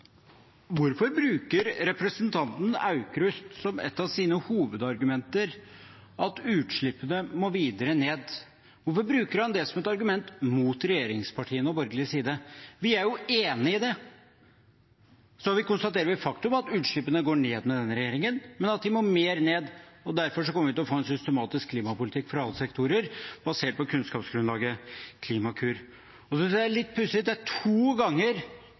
Aukrust som et av sine hovedargumenter at utslippene må videre ned? Hvorfor bruker han det som et argument mot regjeringspartiene og borgerlig side? Vi er jo enig i det. Så konstaterer vi at det er et faktum at utslippene går ned med denne regjeringen, men at de må mer ned, og derfor kommer vi til å få en systematisk klimapolitikk for alle sektorer basert på kunnskapsgrunnlaget Klimakur. Så synes jeg det er litt pussig at to ganger